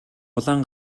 улаан